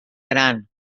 gran